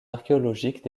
archéologiques